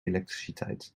elektriciteit